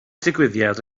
digwyddiad